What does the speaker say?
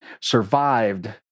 survived